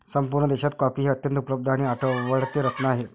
संपूर्ण देशात कॉफी हे अत्यंत उपलब्ध आणि आवडते रत्न आहे